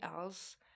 else